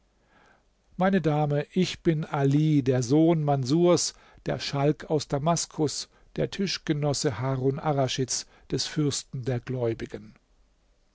meine dame ich bin ali der sohn manßurs der schalk aus damaskus der tischgenosse harun arraschids des fürsten der gläubigen